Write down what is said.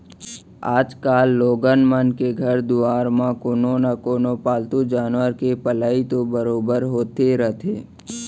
आजकाल लोगन मन के घर दुवार म कोनो न कोनो पालतू जानवर के पलई तो बरोबर होते रथे